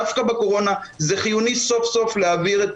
דווקא בקורונה זה חיוני סוף-סוף להעביר את